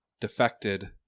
defected